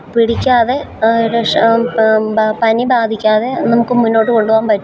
പിടിക്കാതെ രക്ഷ പനി ബാധിക്കാതെ നമുക്ക് മുന്നോട്ടുകൊണ്ടുപോകാൻ പറ്റും